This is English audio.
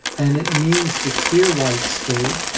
and it means the clear light state.